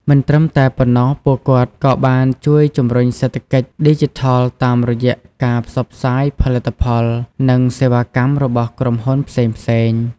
មិនត្រឹមតែប៉ុណ្ណោះ ពួកគាត់ក៏បានជួយជំរុញសេដ្ឋកិច្ចឌីជីថលតាមរយៈការផ្សព្វផ្សាយផលិតផល និងសេវាកម្មរបស់ក្រុមហ៊ុនផ្សេងៗ។